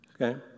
okay